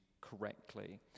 correctly